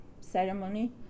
ceremony